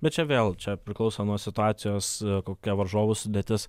bet čia vėl čia priklauso nuo situacijos kokia varžovų sudėtis